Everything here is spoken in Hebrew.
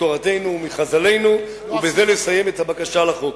מתורתנו ומחז"לינו ובזה לסיים את הבקשה לחוק.